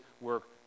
work